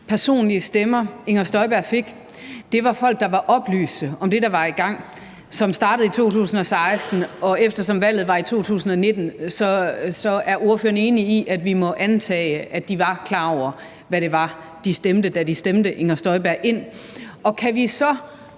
personlige stemmer, fru Inger Støjberg fik, var fra folk, der var oplyste om det, der var i gang, og som startede i 2016? Og eftersom valget var i 2019, er ordføreren så enig i, at vi må antage, at de var klar over, hvad det var, de stemte, da de stemte fru Inger Støjberg ind? Og kan vi så